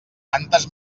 tantes